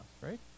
right